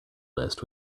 list